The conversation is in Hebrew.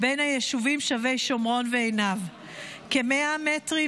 אינו נוכח, חברת הכנסת יסמין פרידמן, אינה נוכחת,